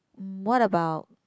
what about